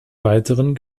weiteren